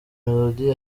melody